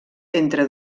entre